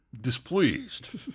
displeased